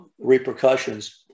repercussions